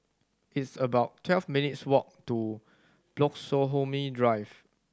it's about twelve minutes' walk to Bloxhome Drive